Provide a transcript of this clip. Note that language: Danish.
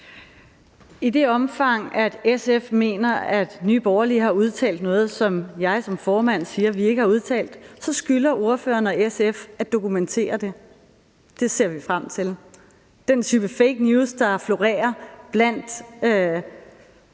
I det omfang, SF mener, at Nye Borgerlige har udtalt noget, som jeg som formand siger vi ikke har udtalt, skylder spørgeren og SF at dokumentere det. Det ser vi frem til. Den type fake news, der florerer, også blandt